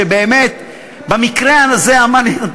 שבאמת במקרה הזה אמר לי: איתן,